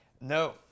No